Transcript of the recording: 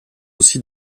aussi